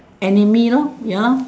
enemy lor ya lor